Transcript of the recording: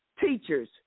teachers